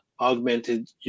augmented